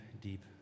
deep